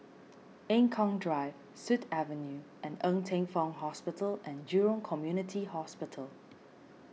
Eng Kong Drive Sut Avenue and Ng Teng Fong Hospital and Jurong Community Hospital